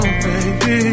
baby